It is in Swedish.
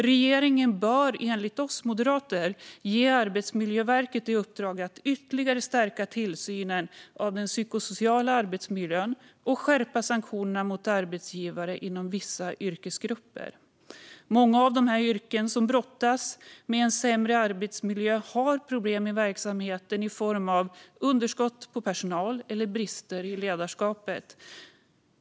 Regeringen bör enligt oss moderater ge Arbetsmiljöverket i uppdrag att ytterligare stärka tillsynen av den psykosociala arbetsmiljön och skärpa sanktionerna mot arbetsgivare inom vissa yrkesgrupper. Många av de yrken som brottas med en sämre arbetsmiljö har problem i verksamheten i form av underskott på personal eller brister i ledarskapet.